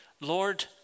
Lord